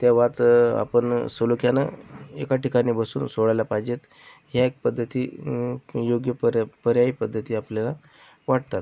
तेव्हाच आपण सलोख्यानं एका ठिकाणी बसून तो सोडवायला पाहिजेत ह्या एक पद्धती योग्य पर्यायी पद्धती आपल्याला वाटतात